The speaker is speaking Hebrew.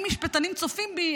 אם משפטנים צופים בי,